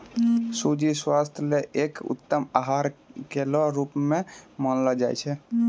सूजी स्वास्थ्य ल एक उत्तम आहार केरो रूप म जानलो जाय छै